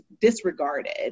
disregarded